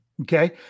Okay